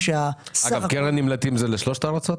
אגב, קרן נמלטים זה לשלושת הארצות?